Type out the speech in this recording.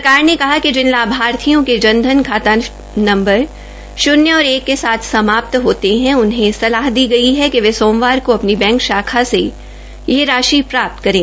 सरकार ने कहा है कि जिन लाभार्थियों के जन धन खाता नंबर शून्य और एक के साथ समाप्त होते हैं उन्हें सलाह दी गई है कि वे सोमवार को अपनी बैंक शाखा से यह राशि प्राप्त करें